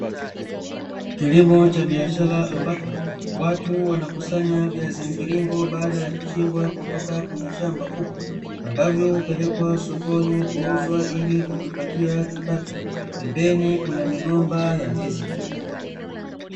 Kilimo cha biashara ambapo, watu wanakusanya viazi mviringo baada ya kuchimbwa kutoka kwenye shamba kubwa, ambavyo hupelekwa sokoni kuuzwa ili kujipatia kipato, pembeni kuna migomba ya ndizi.